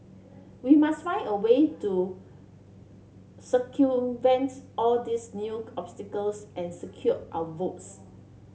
we must find a way to circumvents all these new obstacles and secure our votes